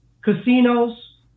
casinos